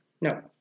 No